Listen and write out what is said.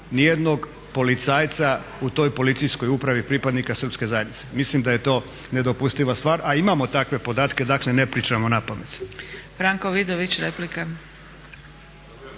jednog policajca u toj policijskoj upravi pripadnika srpske zajednice. Misli da je to nedopustiva stvar a imamo takve podatke, dakle ne pričamo napamet.